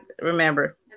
remember